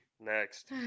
Next